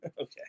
Okay